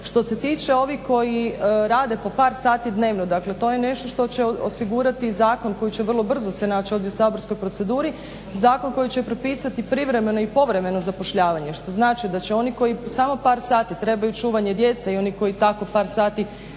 Što se tiče ovih koji rade po par sati dnevno, dakle to je nešto što će osigurati i zakon koji će vrlo brzo se naći ovdje u saborskoj proceduri, zakon koji će propisati privremeno i povremeno zapošljavanje što znači da će oni koji samo par sati trebaju čuvanje djece i oni koji tako par sati